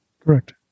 Correct